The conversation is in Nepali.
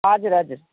हजुर हजुर